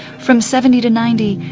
from seventy to ninety,